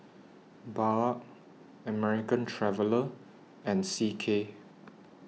Bajaj American Traveller and C K